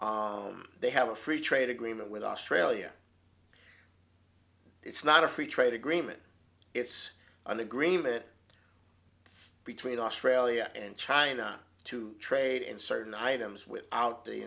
they have a free trade agreement with australia it's not a free trade agreement it's an agreement between australia and china to trade in certain items without the